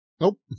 Nope